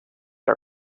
are